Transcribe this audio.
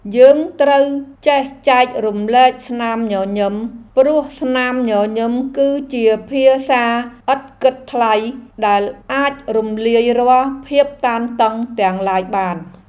យើងត្រូវចេះចែករំលែកស្នាមញញឹម ព្រោះស្នាមញញឹមគឺជាភាសាឥតគិតថ្លៃដែលអាចរំលាយរាល់ភាពតានតឹងទាំងឡាយបាន។